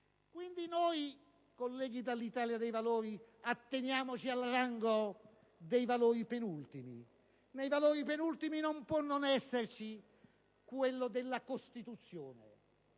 Quindi, colleghi dell'Italia dei Valori, atteniamoci al rango dei valori penultimi, e nei valori penultimi non può non esserci quello della Costituzione.